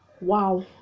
Wow